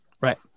Right